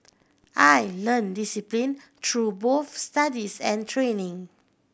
I learnt discipline through both studies and training